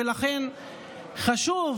ולכן חשוב